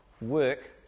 Work